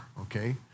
okay